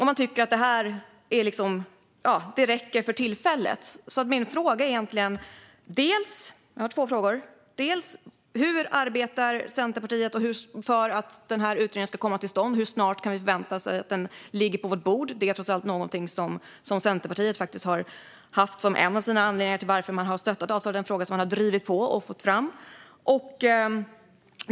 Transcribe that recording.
Man tycker att detta räcker för tillfället. Jag har två frågor. Den första är: Hur arbetar Centerpartiet för att denna utredning ska komma till stånd? Hur snart kan vi förvänta oss att den ligger på vårt bord? Det är trots allt någonting som Centerpartiet har haft som en av anledningarna till att man har stöttat avtal i denna fråga och till att man har drivit på och fått fram dem.